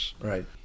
Right